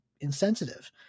insensitive